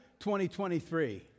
2023